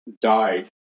died